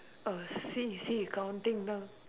oh see you see you counting down